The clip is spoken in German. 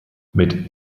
mit